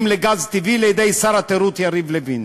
לגז הטבעי לידי שר התיירות יריב לוין.